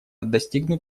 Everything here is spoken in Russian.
достигнут